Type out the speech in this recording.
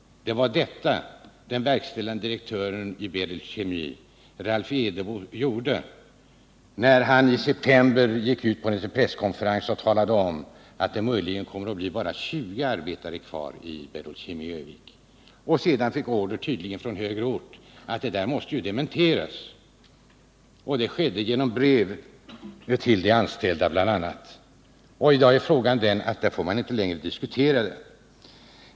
Det var vad den verkställande direktören i Berol Kemi, Ralph Edebo, inte gjorde när han i september gick ut på en presskonferens och talade om att det möjligen kommer att bli bara 20 arbetare kvar vid Berol Kemi i Örnsköldsvik. Sedan fick han tydligen order från högre ort att detta måste dementeras. Det skedde genom brev till de anställda. I dag är frågan sådan att man inte längre får diskutera den.